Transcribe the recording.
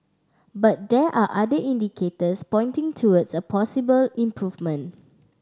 but there are other indicators pointing towards a possible improvement